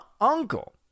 uncle